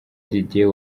didier